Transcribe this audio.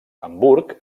hamburg